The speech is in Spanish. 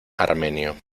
armenio